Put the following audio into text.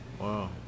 Wow